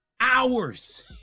hours